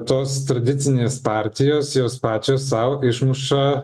tos tradicinės partijos jos pačios sau išmuša